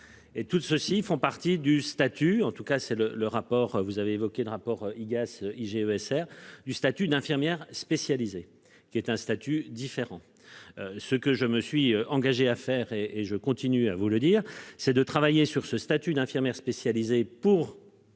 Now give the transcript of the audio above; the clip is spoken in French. Et toutes ceux-ci font partie du statut en tout cas c'est le le rapport vous avez évoqué de rapport IGAS IGF ESR du statut d'infirmières spécialisées qui est un statut différent. Ce que je me suis engagé à faire et et je continue à vous le dire, c'est de travailler sur ce statut d'infirmières spécialisées pour.